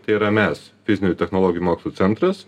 tai yra mes fizinių technologinių mokslų centras